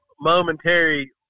momentary